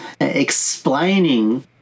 explaining